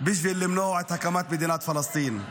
בשביל למנוע את הקמת מדינת פלסטין.